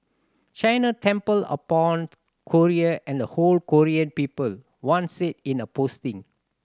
China trampled upon Korea and the whole Korean people one said in a posting